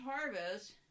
harvest